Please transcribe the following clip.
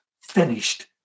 finished